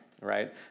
right